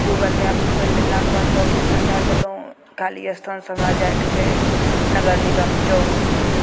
Google map खोलि लेलाके बाद लोकेशन डालि देलहुँ काली स्थान हमरा जायके छै नगर निगम चौक